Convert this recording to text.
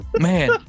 man